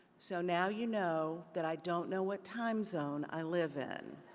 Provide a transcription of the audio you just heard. so now you know that i don't know what time zone i live in.